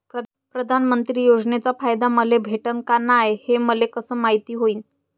प्रधानमंत्री योजनेचा फायदा मले भेटनं का नाय, हे मले कस मायती होईन?